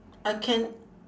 I can